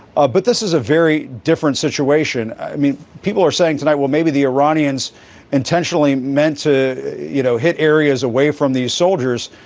ah but this is a very different situation. i mean, people are saying tonight, well, maybe the iranians intentionally meant to, you know, hit areas away from these soldiers.